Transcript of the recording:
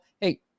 Hey